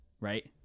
right